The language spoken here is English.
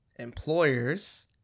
employers